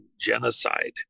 genocide